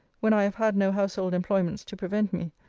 when i have had no household employments to prevent me,